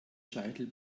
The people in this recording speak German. scheitel